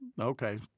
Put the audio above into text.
Okay